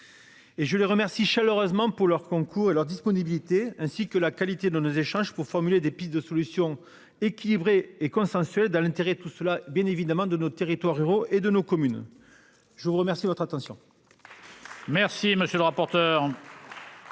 Et je les remercie chaleureusement pour leur concours à leur disponibilité ainsi que la qualité de nos échanges pour formuler des pistes de solutions équilibrées et consensuelle dans l'intérêt de tout cela bien évidemment de nos territoires ruraux et de nos communes. Je vous remercie de votre attention. Merci monsieur le rapporteur.